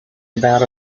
about